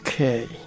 Okay